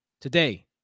today